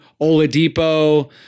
Oladipo